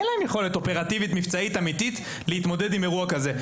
אין להם יכולת אופרטיבית מבצעית אמיתית להתמודד עם אירוע כזה.